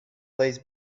these